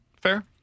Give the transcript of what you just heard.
Fair